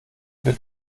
wird